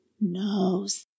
nose